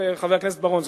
חבר הכנסת בר-און,